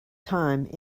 time